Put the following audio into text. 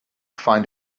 find